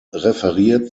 referiert